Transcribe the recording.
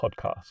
Podcast